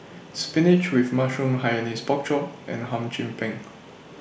Spinach with Mushroom Hainanese Pork Chop and Hum Chim Peng